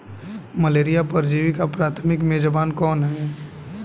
Malaria परजीवी का प्राथमिक मेजबान कौन है?